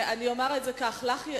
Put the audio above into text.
אני אומר זאת כך: לך,